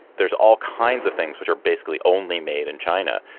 there's all kinds of things which are basically only made in china.